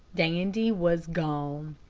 dandy was gone.